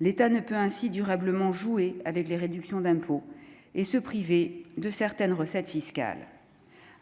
l'État ne peut ainsi durablement jouer avec les réductions d'impôts et se priver de certaines recettes fiscales